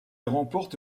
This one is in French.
remporte